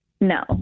no